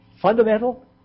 Fundamental